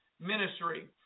ministry